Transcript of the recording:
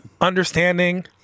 understanding